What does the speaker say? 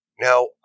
Now